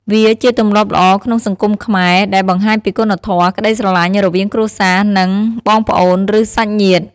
វាជាទម្លាប់ល្អក្នុងសង្គមខ្មែរ ដែលបង្ហាញពីគុណធម៌ ក្តីស្រឡាញ់រវាងគ្រួសារនិង បងប្អូនឬសាច់ញាតិ។